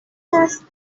هست